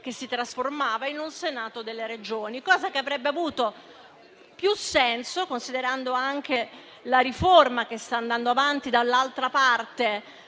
diverse, trasformandosi in un Senato delle Regioni, cosa che avrebbe avuto più senso, considerando anche la riforma che sta andando avanti dall'altra parte,